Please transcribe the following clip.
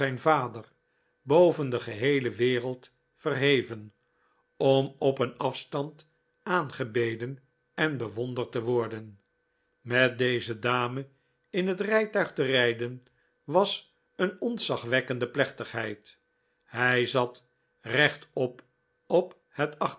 vader boven de geheele wereld verheven om op een afstand aangebeden en bewonderd te worden met deze dame in het rijtuig te rijden was een ontzagwekkende plechtigheid hij zat rechtop op het